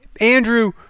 Andrew